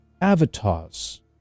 avatars